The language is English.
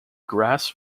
grass